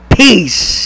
peace